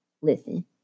listen